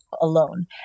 alone